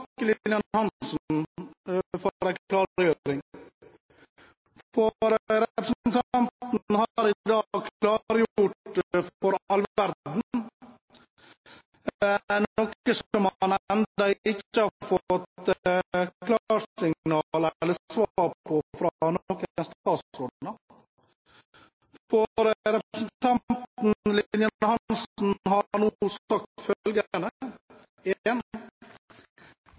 Lillian Hansen for en klargjøring, for representanten har i dag klargjort for all verden noe som man ennå ikke har fått svar på fra noen statsråder. For Lillian Hansen har nå sagt